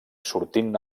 sortint